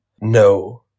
No